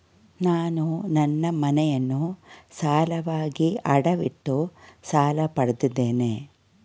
ನಾನು ನನ್ನ ಮನೆಯನ್ನು ಸಾಲವಾಗಿ ಅಡವಿಟ್ಟು ಸಾಲ ಪಡೆದಿದ್ದೇನೆ